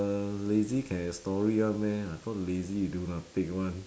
uh lazy can have story [one] meh I thought lazy you do nothing [one]